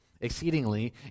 exceedingly